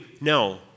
No